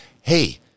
Hey